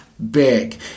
big